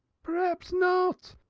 praps not.